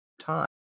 time